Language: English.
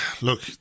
look